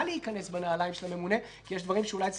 כשהיתכנות של מהלך מהסוג הזה מושפעת גם מהיקף הסמכויות שמעבירים בפועל